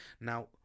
Now